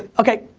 okay.